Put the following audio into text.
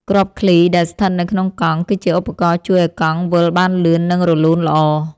គ្រាប់ឃ្លី ដែលស្ថិតនៅក្នុងកង់ គឺជាឧបករណ៍ជួយឱ្យកង់វិលបានលឿន និងរលូនល្អ។